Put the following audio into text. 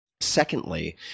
secondly